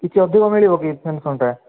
କିଛି ଅଧିକ ମିଳିବ କି ପେନ୍ସନ୍ଟା